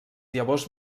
llavors